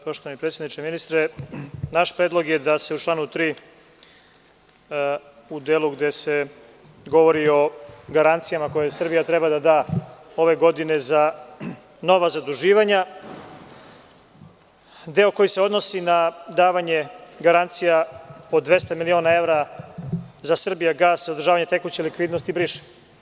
Poštovani predsedniče, ministre, naš predlog je da se u članu 3, u delu gde se govori o garancijama koje Srbija treba da da ove godine za nova zaduživanja, deo koji se odnosi na davanje garancija po 200 miliona evra za „Srbijagas“, održavanje tekuće likvidnosti briše.